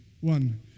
One